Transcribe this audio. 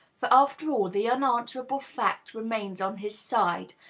for, after all, the unanswerable fact remains on his side,